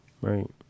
Right